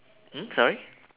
hmm sorry